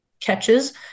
catches